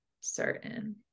certain